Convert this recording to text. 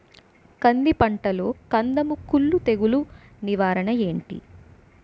కంది పంటలో కందము కుల్లు తెగులు నివారణ ఏంటి?